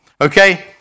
Okay